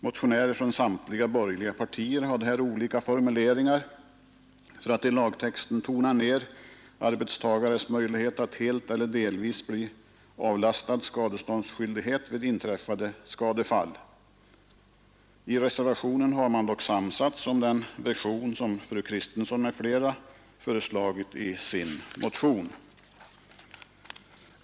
Motionärer från samtliga borgerliga partier föreslog olika formuleringar för att i lagtexten tona ned arbetstagarens möjlighet att helt eller delvis befrias från skadeståndsskyldighet vid inträffade skadefall. I reservationen har man dock samsats om den version som fru Kristensson m.fl. föreslagit i sin motion.